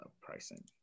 pricing